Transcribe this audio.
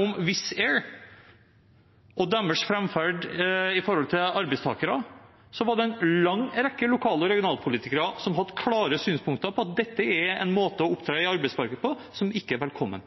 om Wizz Air og deres framferd når det gjelder arbeidstakere, ble reist, hadde en lang rekke lokale og regionale politikere klare synspunkter på at dette er en måte å opptre i arbeidsmarkedet på som ikke er velkommen.